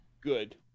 good